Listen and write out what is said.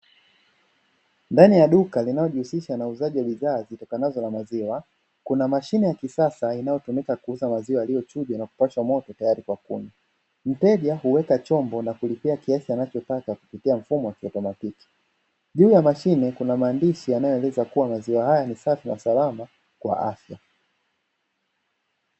Ndani ya duka linalo jihusisha na uuzaji wa bidhaa zitokanazo na maziwa, kuna mashine ya kisasa inayotumika kuuza maziwa yaliyo chujwa na kupashwa moto tayari kwa kunywa, mteja huweka chombo na kulipia kiasi anachotaka kupitia mfumo wa kiautomatiki, juu ya mashine kuna maandishi yanayo eleza kuwa maziwa haya ni safi na salama kwa afya.